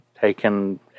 taken